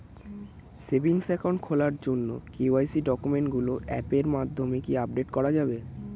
Savings account খোলার জন্য KYC ডকুমেন্টগুলো অ্যাপের মাধ্যমে কি আপডেট করা যাবে?